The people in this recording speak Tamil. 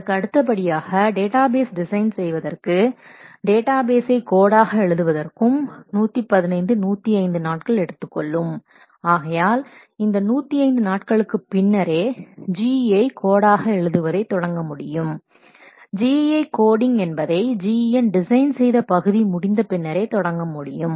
அதற்கு அடுத்தபடியாக டேட்டாபேஸ் டிசைன் செய்வதற்கு டேட்டா பேசை கோடாக எழுதுவதற்கும் 115 105 நாட்கள் எடுத்துக்கொள்ளும் ஆகையால் இந்த 105 நாட்களுக்கு பின்னரே GUI கோடாக எழுதுவதை தொடங்க முடியும் ஜி யு ஐ கோடிங் என்பதை GUI டிசைன் செய்த பகுதி முடிந்த பின்னரே தொடங்க முடியும்